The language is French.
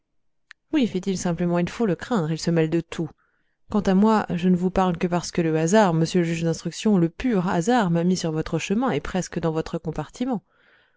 oui fit-il simplement il faut le craindre ils se mêlent de tout quant à moi je ne vous parle que parce que le hasard monsieur le juge d'instruction le pur hasard m'a mis sur votre chemin et presque dans votre compartiment